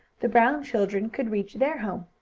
the brown children could reach their home.